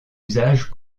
usage